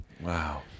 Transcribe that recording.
wow